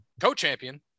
co-champion